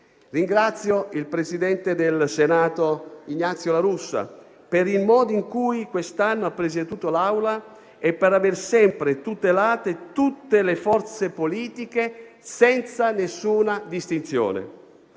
Ringrazio il presidente del Senato Ignazio La Russa per il modo in cui quest'anno ha presieduto l'Aula e per aver sempre tutelato tutte le forze politiche senza alcuna distinzione.